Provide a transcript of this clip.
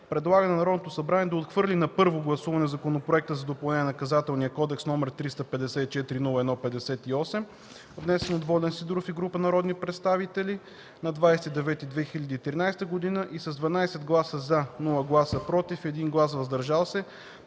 предлага на Народното събрание да отхвърли на първо гласуване Законопроекта за допълнение на Наказателния кодекс, № 354-01-58, внесен от Волен Сидеров и група народни представители на 20.09.2013 г., и с 12 гласа „за”, нула гласа „против” и 1 глас „въздържал се”